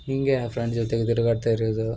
ಹೀಗೆ ಫ್ರೆಂಡ್ಸ್ ಜೊತೆ ತಿರ್ಗಾಡ್ತಾ ಇರುದು